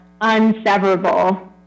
unseverable